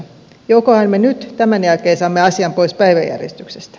jokohan me nyt tämän jälkeen saamme asian pois päiväjärjestyksestä